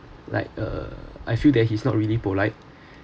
like uh I feel that he's not really polite